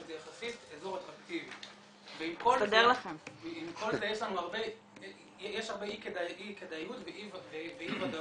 שזה יחסית אזור אטרקטיבי ויש הרבה אי כדאיות ואי ודאות.